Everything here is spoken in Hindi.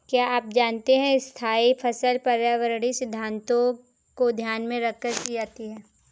क्या आप जानते है स्थायी फसल पर्यावरणीय सिद्धान्तों को ध्यान में रखकर की जाती है?